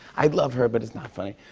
i love her, but it's not funny.